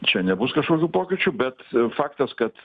čia nebus kažkokių pokyčių bet faktas kad